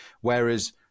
Whereas